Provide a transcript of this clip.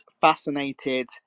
fascinated